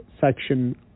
section